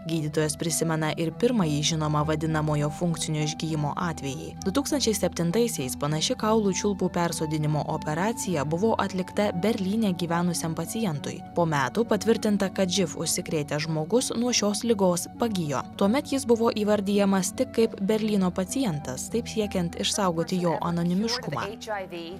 gydytojas prisimena ir pirmąjį žinomą vadinamojo funkcinio išgijimo atvejį du tūkstančiai septintaisiais panaši kaulų čiulpų persodinimo operacija buvo atlikta berlyne gyvenusiam pacientui po metų patvirtinta kad živ užsikrėtęs žmogus nuo šios ligos pagijo tuomet jis buvo įvardijamas tik kaip berlyno pacientas taip siekiant išsaugoti jo anonimiškumą